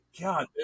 God